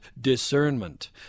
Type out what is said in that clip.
discernment